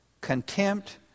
contempt